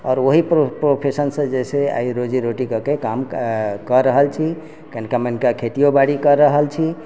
आओर ओहि प्रो प्रोफेशनसँ जे छै आइ रोजी रोटी कऽके काम एऽऽ कऽ रहल छी कनिका मनिका खेतियो बाड़ी कऽ रहल छी